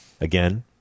Again